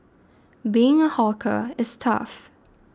being a hawker is tough